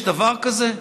יש דבר כזה?